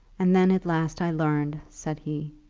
and then at last i learned, said he,